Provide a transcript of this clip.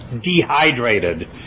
dehydrated